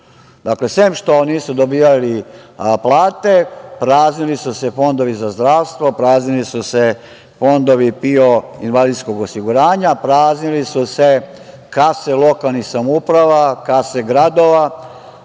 Dakle, sem što niste dobijali plate, praznili su se fondovi za zdravstvo, praznili su se fondovi PIO, praznile su se kase lokalnih samouprava, kase gradova,